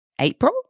April